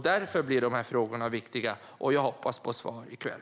Därför blir dessa frågor viktiga, och jag hoppas få svar i kväll.